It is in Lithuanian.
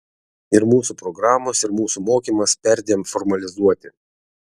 ir mūsų programos ir mūsų mokymas perdėm formalizuoti